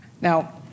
Now